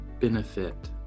benefit